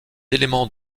éléments